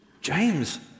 James